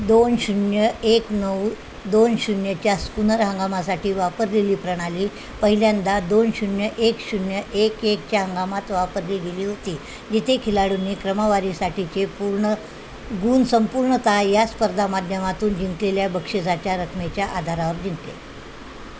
दोन शून्य एक नऊ दोन शून्यच्या स्पुनर हंगामासाठी वापरलेली प्रणाली पहिल्यांदा दोन शून्य एक शून्य एक एकच्या हंगामात वापरली गेली होती जिथे खेळाडूंनी क्रमावारीसाठीचे गुण संपूर्णतः या स्पर्धा माध्यमातून जिंकलेल्या बक्षीसाच्या रकमेच्या आधारावर जिंकले